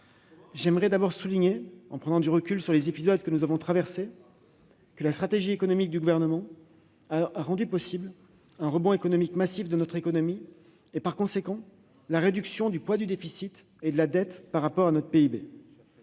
de la crise. En prenant du recul sur les épisodes que nous avons traversés, je souligne d'abord que la stratégie économique du Gouvernement a rendu possible le rebond économique massif de notre économie et, par conséquent, la réduction du poids du déficit et de la dette par rapport à notre PIB.